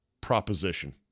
proposition